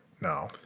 No